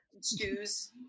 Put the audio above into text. Stews